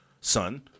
son